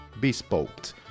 Bespoked